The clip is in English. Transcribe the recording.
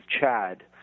Chad